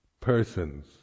persons